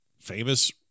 famous